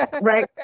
right